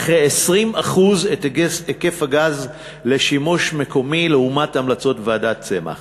בכ-20% את היקף הגז לשימוש מקומי לעומת המלצות ועדת צמח.